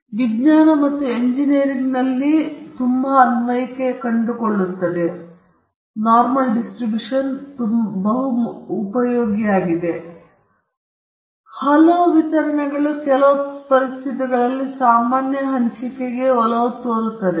ಇದು ವಿಜ್ಞಾನ ಮತ್ತು ಎಂಜಿನಿಯರಿಂಗ್ನಲ್ಲಿ ಅನ್ವಯಿಕೆಗಳನ್ನು ಕಂಡುಕೊಳ್ಳುತ್ತದೆ ಮತ್ತು ಇತರ ಹಲವು ವಿತರಣೆಗಳು ಕೆಲವು ಪರಿಸ್ಥಿತಿಗಳಲ್ಲಿ ಸಾಮಾನ್ಯ ಹಂಚಿಕೆಗೆ ಒಲವು ತೋರುತ್ತವೆ